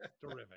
terrific